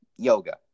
Yoga